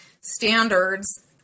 standards